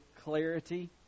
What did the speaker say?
clarity